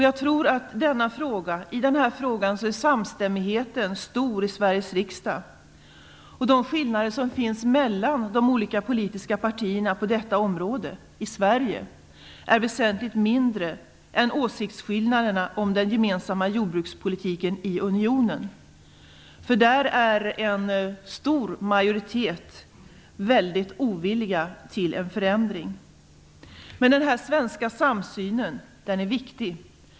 Jag tror att i denna fråga är samstämmigheten stor i Sveriges riksdag. De skillnader som finns mellan de olika politiska partierna på detta område i Sverige är väsentligt mindre än åsiktsskillnaderna om den gemensamma jordbrukspolitiken i unionen. Där är en stor majoritet väldigt ovilliga till en förändring. Den svenska samsynen är viktig.